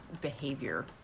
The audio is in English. behavior